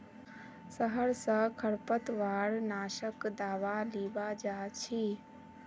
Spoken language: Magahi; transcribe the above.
शहर स खरपतवार नाशक दावा लीबा जा छि